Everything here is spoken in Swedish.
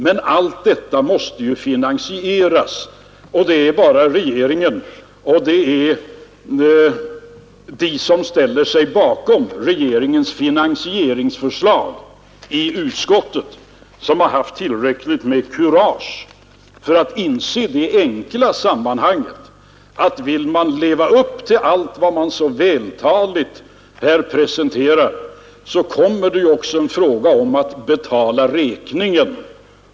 Men allt detta måste finansieras, och det är bara regeringen och de som i utskottet ställer sig bakom regeringens finansieringsförslag som har haft tillräckligt med kurage för att inse det enkla sammanhanget att vill man leva upp till allt vad man så vältaligt presenterar, så uppkommer det också en fråga om att betala räkningen.